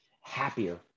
happier